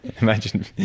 imagine